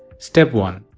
step one.